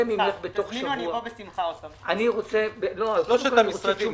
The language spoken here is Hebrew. אבל נמשיך את הדיון.